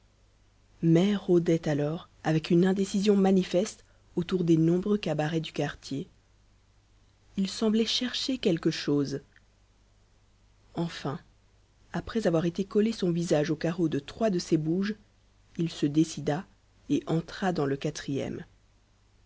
mai rôdait alors avec une indécision manifeste autour des nombreux cabarets du quartier il semblait chercher quelque chose enfin après avoir été coller son visage aux carreaux de trois de ces bouges il se décida et entra dans le quatrième